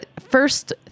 first